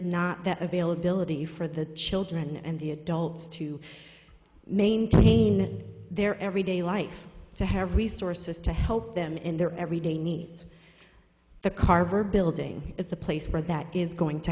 not that availability for the children and the adults to maintain in their everyday life to have resources to help them in their everyday needs the carver building is the place for that is going to